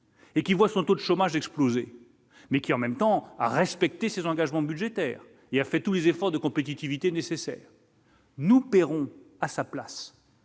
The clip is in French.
Et qui voit son taux de chômage exploser mais qui en même temps respecter ses engagements budgétaires, il a fait tous les efforts de compétitivité nécessaire. Nous paierons à sa place.